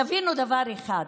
תבינו דבר אחד: